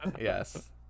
Yes